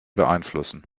beeinflussen